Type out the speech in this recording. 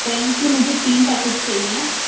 pen के मुझे तीन पैकेट्स चाहिए